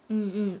mm mm